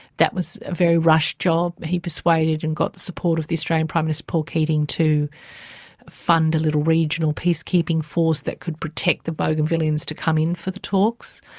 that was a very rushed job. he persuaded and got the support of the australian prime minister paul keating to fund a little regional peacekeeping force that could protect the bougainvilleans to come in for the talks.